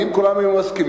כי אם כולם היו מסכימים,